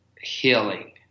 healing